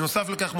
בנוסף לכך,